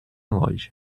loja